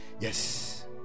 yes